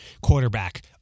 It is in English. quarterback